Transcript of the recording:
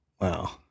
Wow